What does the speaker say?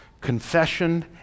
Confession